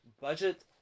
budget